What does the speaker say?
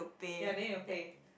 ya then you will pay